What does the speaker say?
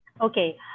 Okay